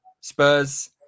spurs